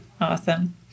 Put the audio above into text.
Awesome